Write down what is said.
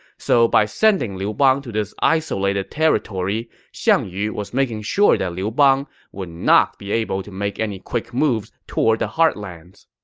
so by sending liu bang to this isolated territory, xiang yu was making sure that liu bang would not be able to make any quick moves toward the heartlands.